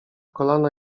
kolana